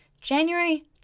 January